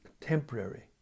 temporary